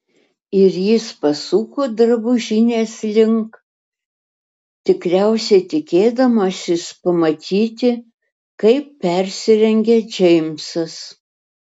ir jis pasuko drabužinės link tikriausiai tikėdamasis pamatyti kaip persirengia džeimsas